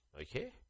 Okay